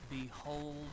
Behold